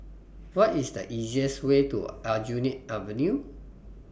What IS The easiest Way to Aljunied Avenue